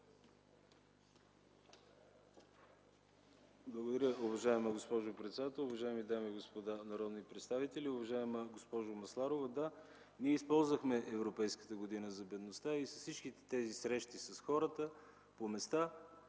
Благодаря, уважаема госпожо председател. Уважаеми дами и господа народни представители, уважаема госпожо Масларова, ние използвахме Европейската година за бедността и всички срещи с хората по места,